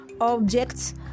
objects